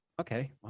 okay